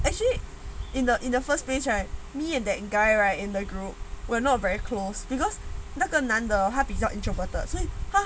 and actually in the in the first place right me and that guy right in their group were not very close because 那个男的他比较 introverted 所以他